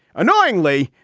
annoyingly,